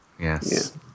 yes